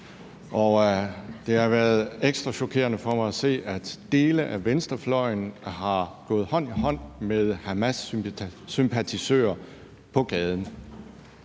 Og det har været ekstra chokerende for mig at se, at dele af venstrefløjen har gået hånd i hånd med hamassympatisører på gaden.